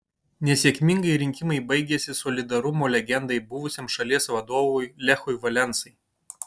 nesėkmingai rinkimai baigėsi solidarumo legendai buvusiam šalies vadovui lechui valensai